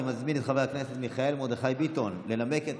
אני מזמין את חבר הכנסת מיכאל מרדכי ביטון לנמק את